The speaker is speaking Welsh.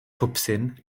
twpsyn